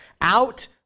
out